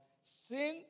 Sin